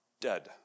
dead